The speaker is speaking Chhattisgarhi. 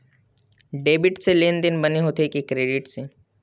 डेबिट से लेनदेन बने होथे कि क्रेडिट से?